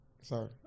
sorry